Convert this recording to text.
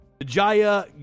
Jaya